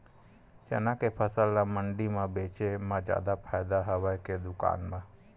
चना के फसल ल मंडी म बेचे म जादा फ़ायदा हवय के दुकान म?